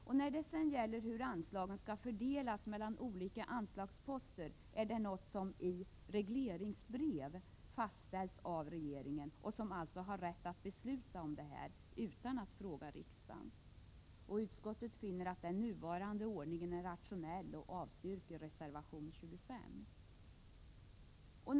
Regeringen fastställer i regleringsbrev hur anslagen skall fördelas mellan olika anslagsposter. Regeringen har således rätt att besluta om detta utan att riksdagen tillfrågas. Utskottet finner att den nuvarande ordningen är rationell och yrkar därmed avslag på reservation 25.